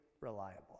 reliable